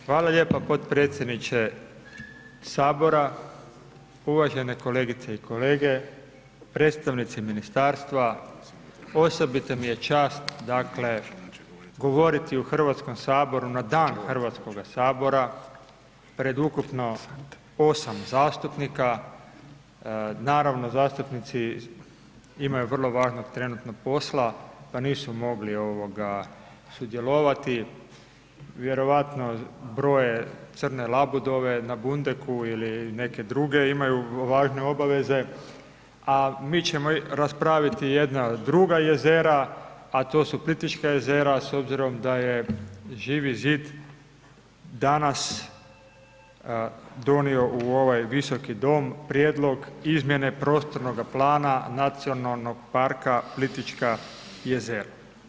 Hvala lijepo potpredsjedniče Sabora, uvažene kolegice i kolege, predstavnici ministarstva, osobita mi je čast govoriti u Hrvatskom saboru na Dan Hrvatskoga sabora pred ukupno 8 zastupnika, naravno zastupnici imaju vrlo važnog trenutnog posla, pa nisu mogli sudjelovati, vjerovatno broje crne labudove na Bundeku ili neke druge imaju važne obaveze a mi ćemo raspraviti jedna druga jezera a to su Plitvička jezera s obzirom da je Živi zid donio u ovaj Visoki dom prijedlog izmjene prostornoga plana NP Plitvička jezera.